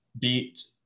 beat